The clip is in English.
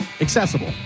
accessible